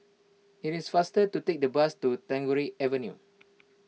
it is faster to take the bus to Tagore Avenue